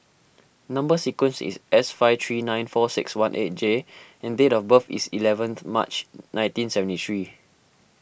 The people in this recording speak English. Number Sequence is S five three nine four six one eight J and date of birth is eleventh March nineteen seventy three